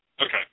Okay